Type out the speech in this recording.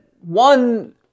one